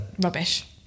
rubbish